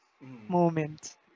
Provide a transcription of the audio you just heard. moment